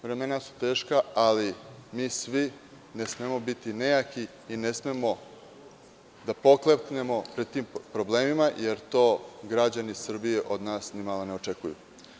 Vremena su teška, ali mi svi ne smemo biti nejaki i ne smemo da pokleknemo pred tim problemima, jer to građani Srbije od nas ne očekuju.